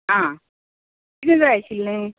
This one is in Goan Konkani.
आं कितें जाय आशिल्लें